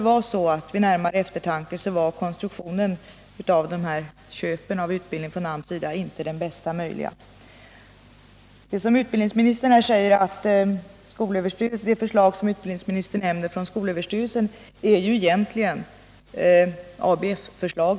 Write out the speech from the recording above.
Vid närmare eftertanke var kanske konstruktionen av de här köpen av utbildning från AMS:s sida inte den bästa. Det förslag från skolöverstyrelsen som utbildningsministern nämner är ju egentligen ABF:s förslag.